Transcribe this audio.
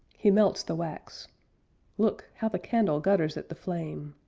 he melts the wax look, how the candle gutters at the flame!